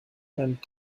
and